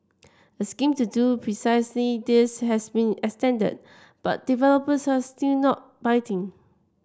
a scheme to do precisely this has been extended but developers are still not biting